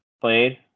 played